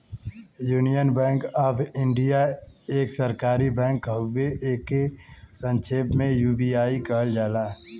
union Bank of India एक सरकारी bank हउवे एके संक्षेप में यू.बी.आई कहल जाला